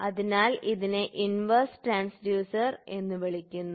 അതിനാൽ ഇതിനെ inverse transducer എന്ന് വിളിക്കുന്നു